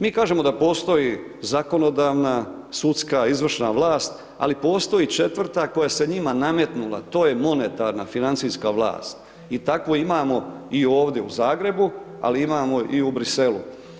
Mi kažemo da postoji zakonodavna, sudska izvršna vlast ali postoji i četvrta koja se njima nametnula, to je monetarna financijska vlast i takvu imamo i ovdje u Zagrebu ali imamo u Briselu.